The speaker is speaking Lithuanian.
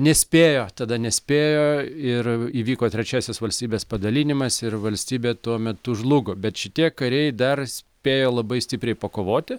nespėjo tada nespėjo ir įvyko trečiasis valstybės padalinimas ir valstybė tuo metu žlugo bet šitie kariai dar spėjo labai stipriai pakovoti